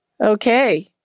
Okay